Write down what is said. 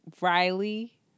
Riley